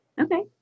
Okay